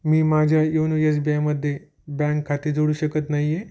मी माझ्या YONO S B आयमध्ये bank खाते जोडू शकत नाही आहे